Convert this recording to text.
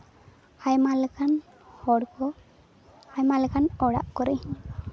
ᱟᱭᱢᱟ ᱞᱮᱠᱟᱱ ᱦᱚᱲᱠᱚ ᱟᱭᱢᱟ ᱞᱮᱠᱟᱱ ᱚᱲᱟᱜ ᱠᱚᱨᱮᱜ ᱦᱚᱸ